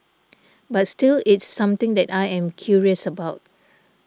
but still it's something that I am curious about